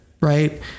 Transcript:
right